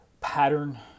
pattern